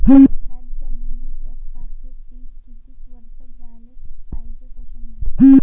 थ्याच जमिनीत यकसारखे पिकं किती वरसं घ्याले पायजे?